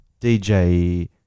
dj